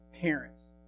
parents